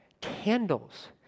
candles